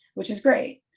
which is great.